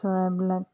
চৰাইবিলাক